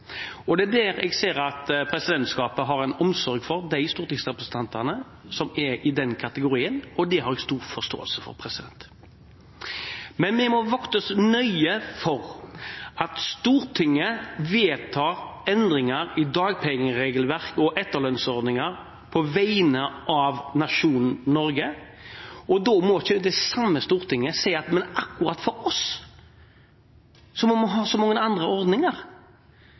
Jeg ser at presidentskapet har en omsorg for de stortingsrepresentantene som er i den kategorien. Det har jeg stor forståelse for. Men vi må vokte oss nøye: Stortinget vedtar endringer i dagpengeregelverk og etterlønnsordninger på vegne av nasjonen Norge. Da må ikke det samme storting si at akkurat for oss må det være så mange andre ordninger.